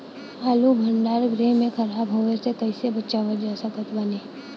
आलू भंडार गृह में खराब होवे से कइसे बचाव कर सकत बानी?